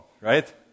right